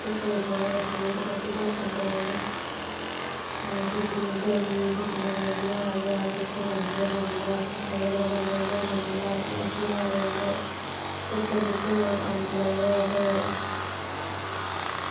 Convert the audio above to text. घुप्पै च बौह्ना ते फ्रूट कट्टियै खंदे रौह्ना आं ते गर्मियें दियां छुट्टियां पौंदियां हियां ते अस उत्थै जंदे हे नानी घर बड़े बड़े दिन रौंह्दे हे नानी घर मासी घर बी रौंह्दे हे उत्थै बूह्टे होर अम्ब लगदे ते